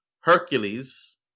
Hercules